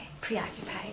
preoccupied